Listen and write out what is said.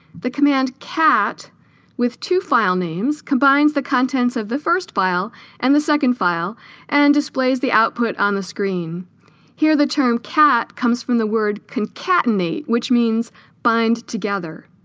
the command cat with two file names combines the contents of the first file and the second file and displays the output on the screen here the term cat comes from the word concatenate which means bind together